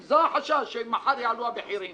אם החשש שמחר יעלו המחירים